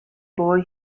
boy